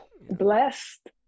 Blessed